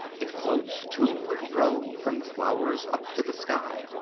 it floats to and fro, from the flowers up to the sky.